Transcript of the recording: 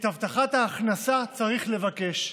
את הבטחת ההכנסה צריך לבקש.